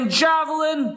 javelin